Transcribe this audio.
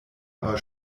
aber